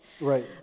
right